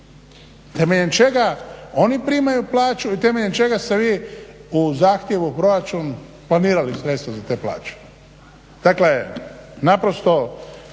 Temeljem čega oni primaju plaću i temeljem čega ste vi u zahtjevu proračun planirali sredstva za te plaće.